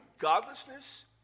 Godlessness